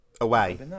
Away